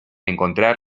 encontrar